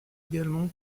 également